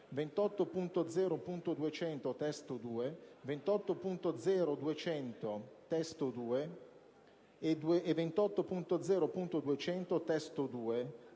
28.0.200 (testo 2), 28.0.200 (testo 2)/l e 28.0.200 (testo